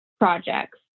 projects